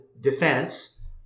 defense